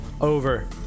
Over